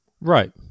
Right